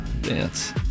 dance